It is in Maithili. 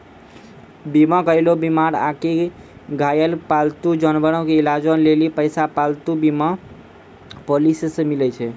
बीमा करैलो बीमार आकि घायल पालतू जानवरो के इलाजो लेली पैसा पालतू बीमा पॉलिसी से मिलै छै